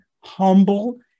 humble